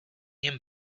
him